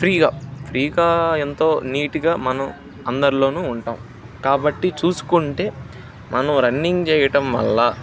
ఫ్రీగా ఫ్రీగా ఎంతో నీట్గా మనం అందరిలో ఉంటాం కాబట్టి చూసుకుంటే మనం రన్నింగ్ చేయటం వల్ల